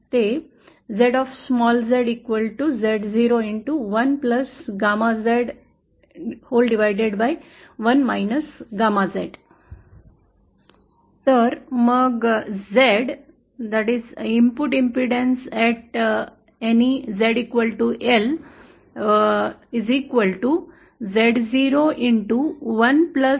तर मग Z च्या बरोबरीवरील प्रतिबाधा किंवा इनपुट प्रतिबाधा Zo into 1 gamma L upon 1 gamma L वर काहीच नाही